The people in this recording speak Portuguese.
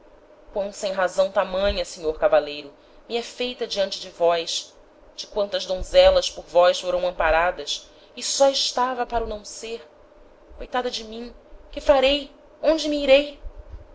o engano quam sem-razão tamanha senhor cavaleiro me é feita diante de vós de quantas donzelas por vós foram amparadas eu só estava para o não ser coitada de mim que farei onde me irei